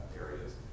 areas